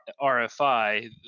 RFI